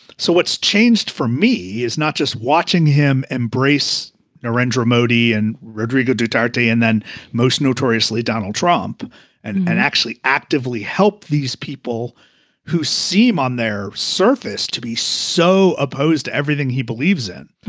so what's changed for me is not just watching him embrace narendra modi and rodrigo tati and then most notoriously donald trump and and actually actively help these people who seem on their surface to be so opposed to everything he believes in.